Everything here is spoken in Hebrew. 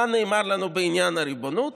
מה נאמר לנו בעניין הריבונות?